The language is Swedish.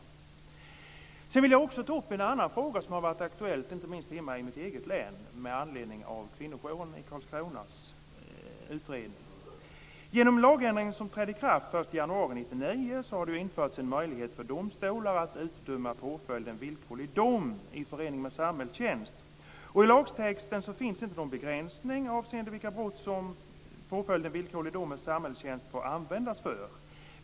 Sedan vill jag också ta upp en annan fråga som har varit aktuell, inte minst hemma i mitt eget län med anledning av utredningen av kvinnojouren i Karlskrona. Genom den lagändring som trädde i kraft den 1 januari 1999 har det införts en möjlighet för domstolar att utdöma påföljden villkorlig dom i förening med samhällstjänst. I lagtexten finns inte någon begränsning avseende vilka brott som påföljden villkorlig dom med samhällstjänst får användas för.